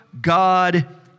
God